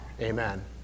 amen